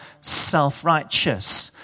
self-righteous